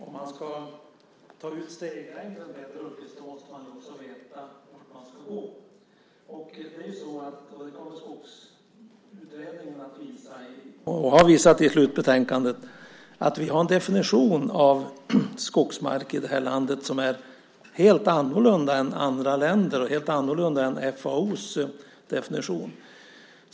Fru talman! Om man ska ta ut steglängden måste man också veta vart man ska gå. Skogsutredningen har i sitt slutbetänkande visat att vi har en definition av skogsmark i det här landet som är helt annorlunda än andra länders och helt annorlunda än FAO:s definition.